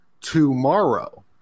Tomorrow